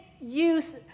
use